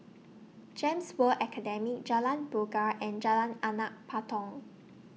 Gems World Academy Jalan Bangau and Jalan Anak Patong